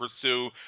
pursue